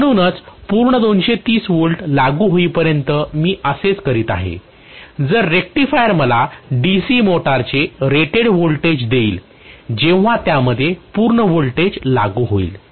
म्हणूनच पूर्ण 230 व्होल्ट लागू होईपर्यंत मी हे असेच करीत आहे जर रेक्टिफायर मला DC मोटरचे रेटेड व्होल्टेज देईल जेव्हा त्यामध्ये पूर्ण व्होल्टेज लागू होईल